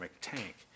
tank